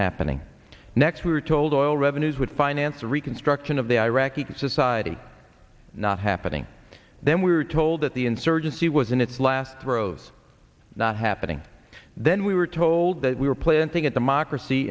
happening next we were told oil revenues would finance reconstruction of the iraqi society not happening then we were told that the insurgency was in its last throes not happening then we were told that we were planting at them ocracy